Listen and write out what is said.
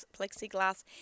plexiglass